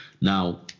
Now